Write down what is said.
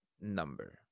number